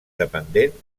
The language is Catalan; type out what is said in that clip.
dependent